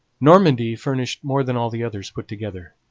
normandy furnished more than all the others put together,